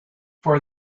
for